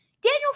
Daniel